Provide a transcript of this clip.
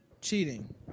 cheating